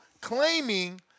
claiming